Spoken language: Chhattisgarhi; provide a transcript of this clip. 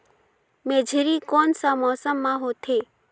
मेझरी कोन सा मौसम मां होथे?